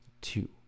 two